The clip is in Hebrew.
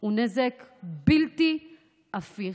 הוא נזק בלתי הפיך.